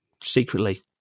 secretly